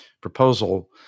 proposal